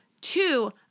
two